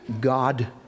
God